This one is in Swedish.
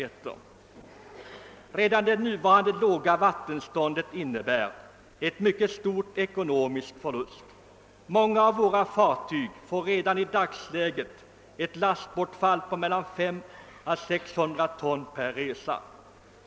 Redan det nuvarande låga vattenståndet innebär en mycket stor ekonomisk förlust. Många av våra fartyg får redan i dagsläget ett lastbortfall på mellan 500 och 600 ton per resa.